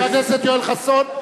חבר הכנסת יואל חסון,